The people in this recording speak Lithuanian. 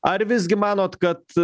ar visgi manot kad